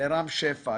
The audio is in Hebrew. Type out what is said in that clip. לרם שפע,